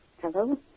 Hello